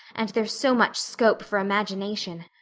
and there's so much scope for imagination.